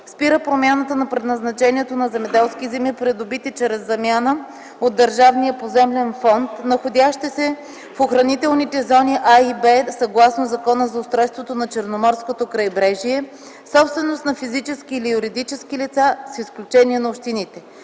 Спира промяната на предназначението на земеделски земи, придобити чрез замяна от Държавния поземлен фонд, находящи се в охранителните зони “А” и “Б”, съгласно Закона за устройството на Черноморското крайбрежие – собственост на физически или юридически лица, с изключение на общините.